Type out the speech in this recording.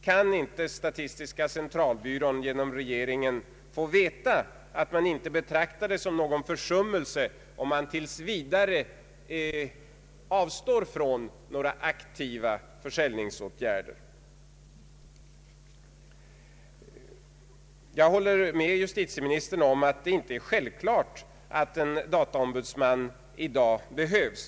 Kan inte statistiska centralbyrån genom regeringen få veta att man inte betraktar det såsom någon försummelse om den tills vidare avstår från aktiva försäljningsåtgärder? Jag håller med justitieministern om att det inte är självklart att en dataombudsman i dag behövs.